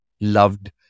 loved